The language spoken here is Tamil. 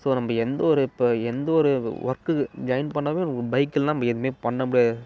ஸோ நம்ப எந்த ஒரு இப்போ எந்த ஒரு ஒர்க்கு ஜாயின் பண்ணாலுமே நமக்கு பைக் இல்லாமல் நம்ம எதுவுமே பண்ண முடியாது